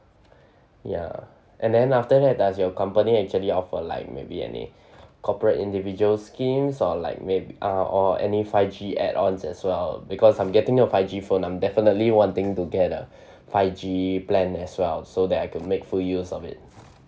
ya and then after that does your company actually offer like maybe any corporate individual schemes or like maybe ah or any five G add ons as well because I'm getting a five G phone I'm definitely wanting to get a five G plan as well so that I could make full use of it